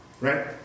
Right